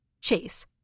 Chase